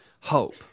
hope